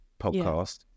podcast